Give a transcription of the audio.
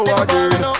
again